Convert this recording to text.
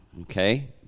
okay